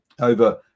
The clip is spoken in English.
Over